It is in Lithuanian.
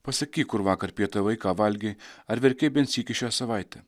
pasakyk kur vakar pietavai ką valgei ar verkei bent sykį šią savaitę